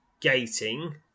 gating